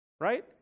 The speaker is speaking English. right